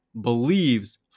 believes